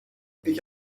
ich